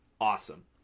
Awesome